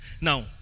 Now